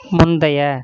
முந்தைய